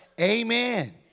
Amen